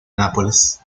nápoles